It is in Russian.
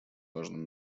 важном